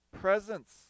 presence